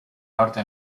norte